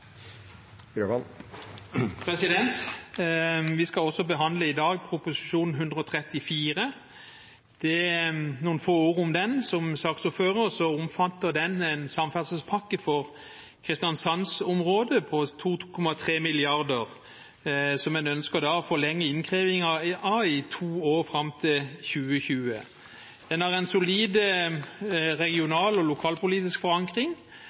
år. Vi skal i dag også behandle Prop. 134 S for 2016–2017, så noen få ord om den, som saksordfører. Den omfatter en samferdselspakke for Kristiansands-området på 2,3 mrd. kr, der en ønsker å forlenge innkreving av bompenger i to år, fram til 2020. Den har en solid regional- og lokalpolitisk forankring,